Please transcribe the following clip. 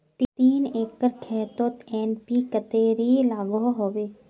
तीन एकर खेतोत एन.पी.के कतेरी लागोहो होबे?